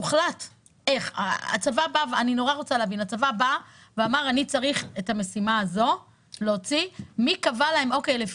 אני רוצה להבין הצבא בא ואמר שהוא צריך להוציא את המשימה הזאת.